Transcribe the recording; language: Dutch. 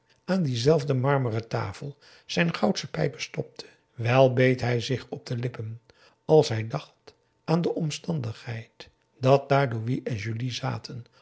aan diezelfde marmeren tafel zijn goudsche pijpen stopte wèl beet hij zich op de lippen als hij dacht aan de omstandigheid dat daar louis en julie zaten